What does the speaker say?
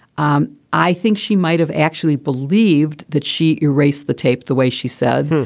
um i think she might have actually believed that she erased the tape the way she said.